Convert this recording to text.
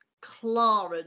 Clara